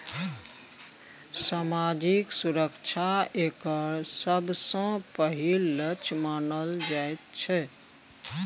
सामाजिक सुरक्षा एकर सबसँ पहिल लक्ष्य मानल जाइत छै